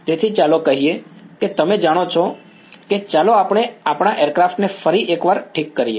તેથી ચાલો કહીએ કે તમે જાણો છો કે ચાલો આપણે આપણા એરક્રાફ્ટ ને ફરી એક વાર ઠીક કરીએ